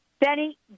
Benny